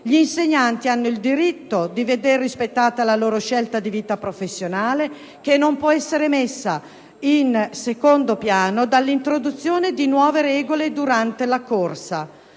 Gli insegnanti hanno il diritto di veder rispettata la loro scelta di vita professionale, che non può essere messa in secondo piano dall'introduzione di nuove regole durante la corsa.